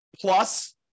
Plus